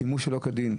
שילמו שלא כדין.